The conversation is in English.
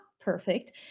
perfect